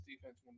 defense